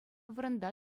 вырӑнта